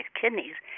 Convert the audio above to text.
kidneys